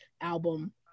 album